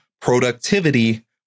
productivity